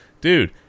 Dude